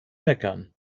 meckern